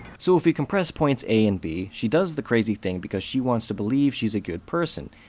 so if we compress points a and b, she does the crazy thing because she wants to believe she's a good person.